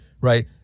right